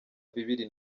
bibiri